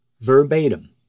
verbatim